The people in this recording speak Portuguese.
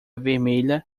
vermelha